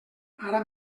ara